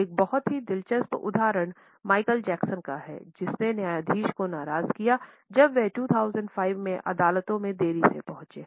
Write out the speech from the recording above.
एक बहुत ही दिलचस्प उदाहरण माइकल जैक्सन का है जिसने न्यायाधीश को नाराज़ किया जब वह 2005 में अदालतों में देरी से पहुंचा